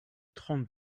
trente